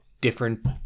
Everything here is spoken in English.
different